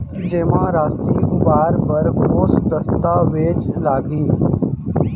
जेमा राशि उबार बर कोस दस्तावेज़ लागही?